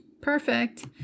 perfect